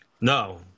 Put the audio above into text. No